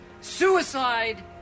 suicide